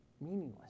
meaningless